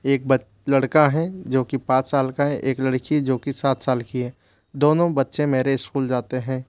एक लड़का हैं जोकि पाँच साल का है एक लड़की है जो कि सात साल की है दोनों बच्चे मेरे स्कूल जाते हैं